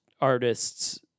artists